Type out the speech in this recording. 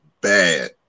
bad